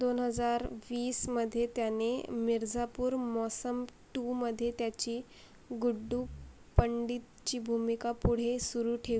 दोन हजार वीसमध्ये त्याने मिर्झापूर मोसम टूमध्ये त्याची गुड्डू पंडितची भूमिका पुढे सुरू ठेवली